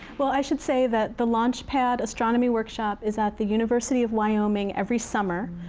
well, i should say that the launch pad astronomy workshop is at the university of wyoming every summer.